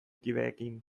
kideekin